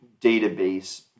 database